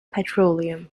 petroleum